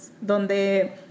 donde